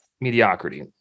mediocrity